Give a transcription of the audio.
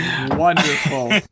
Wonderful